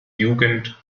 jugend